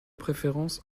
préférence